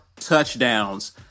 touchdowns